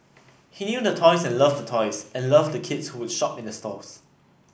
he knew the toys and loved the toys and loved the kids who would shop in the stores